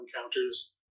encounters